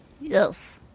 Yes